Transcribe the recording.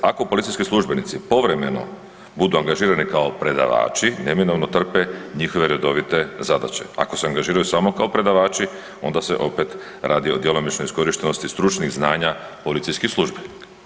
Ako policijski službenici povremeno budu angažirani kao predavači neminovno trpe njihove redovite zadaće, ako se angažiraju samo kao predavači onda se opet radi o djelomičnoj iskorištenosti stručnih znanja policijskih službenika.